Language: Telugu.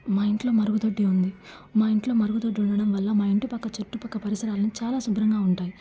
మా ఇంట్లో మరుగుదొడ్డి ఉంది మా ఇంట్లో మరుగుదొడ్డి ఉండడం వల్ల మా ఇంటి పక్క చెట్టు పక్క పరిసరాలు చాలా శుభ్రంగా ఉంటాయి